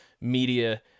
media